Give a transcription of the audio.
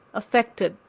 affected,